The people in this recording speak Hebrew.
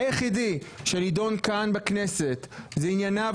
היחידי שנדון כאן בכנסת הוא ענייניו